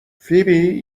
فیبی